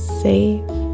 safe